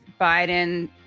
Biden